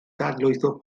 dadlwytho